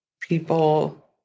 people